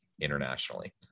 internationally